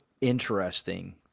interesting